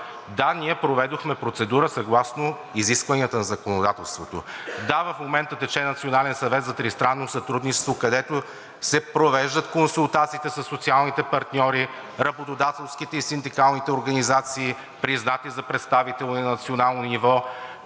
да, ние проведохме процедура съгласно изискванията на законодателството. Да, в момента тече Национален съвет за тристранно сътрудничество, където се провеждат консултациите със социалните партньори, работодателските и синдикалните организации, признати за представителни на национално ниво,